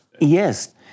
Yes